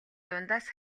дундаас